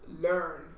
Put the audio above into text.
learn